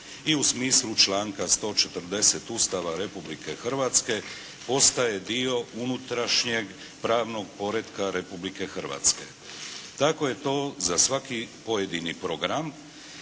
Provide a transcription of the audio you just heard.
i u smislu članka 140. Ustava Republike Hrvatske postaje dio unutrašnjeg pravnog poretka Republike Hrvatske. Tako je to za svaki pojedini program,